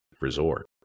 Resort